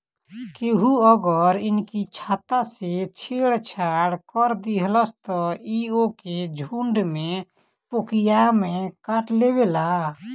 केहू अगर इनकी छत्ता से छेड़ छाड़ कर देहलस त इ ओके झुण्ड में पोकिया में काटलेवेला